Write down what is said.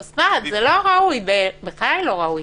אוסנת, זה לא ראוי, בחיי לא ראוי.